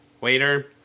Waiter